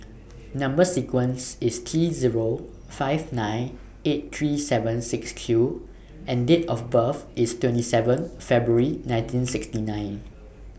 Number sequence IS T Zero five nine eight three seven six Q and Date of birth IS twenty seven February nineteen sixty nine